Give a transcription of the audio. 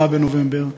24 בנובמבר,